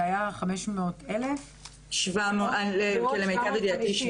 זה היה 500,000. למיטב ידיעתי,